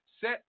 Set